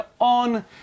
on